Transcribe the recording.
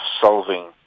solving